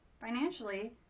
financially